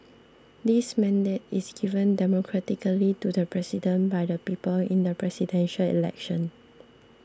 this mandate is given democratically to the president by the people in the Presidential Election